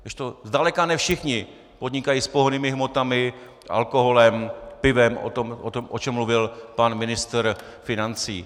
Kdežto zdaleka ne všichni podnikají s pohonnými hmotami, alkoholem, pivem, o čem mluvil pan ministr financí.